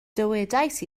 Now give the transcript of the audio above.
dywedais